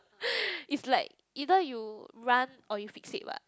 is like either you run or you fix it what